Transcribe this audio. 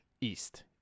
East